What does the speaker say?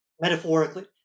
Metaphorically